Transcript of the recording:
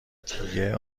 دیگه